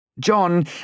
John